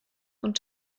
und